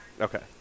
okay